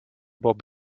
bob